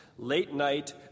late-night